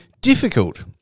difficult